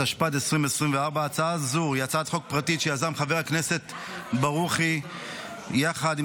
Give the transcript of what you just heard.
התשפ"ד 2024. הצעה זו היא הצעת חוק פרטית שיזם חבר הכנסת ברוכי יחד עם